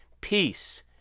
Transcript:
Peace